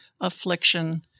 affliction